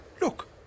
look